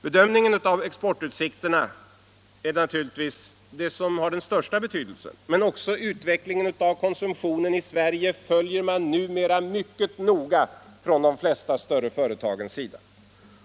Bedömningen av exportutsikterna har naturligtvis den största betydelsen, men också utvecklingen av konsumtionen i Sverige följs nu mycket noga av de flesta större företagen.